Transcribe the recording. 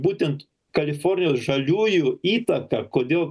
būtent kalifornijos žaliųju įtaka kodėl